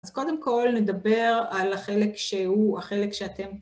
אז קודם כל נדבר על החלק שהוא, החלק שאתם